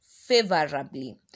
Favorably